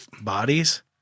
bodies